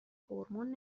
هورمون